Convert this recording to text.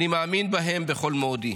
אני מאמין בהם כל מאודי,